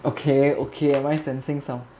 okay okay am I sensing something